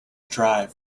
drive